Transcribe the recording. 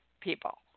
people